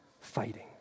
fighting